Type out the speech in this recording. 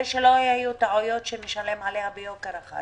שלא יהיו טעויות שנשלם עליהן ביוקר אחר כך.